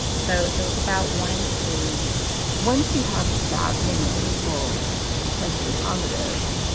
so so it's about one in three once you have that many people testing positive